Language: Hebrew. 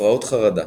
הפרעות חרדה